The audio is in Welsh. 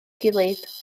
gilydd